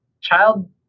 child